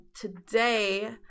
today